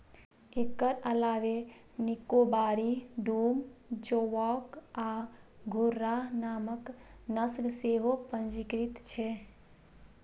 एकर अलावे निकोबारी, डूम, जोवॉक आ घुर्राह नामक नस्ल सेहो पंजीकृत छै